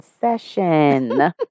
session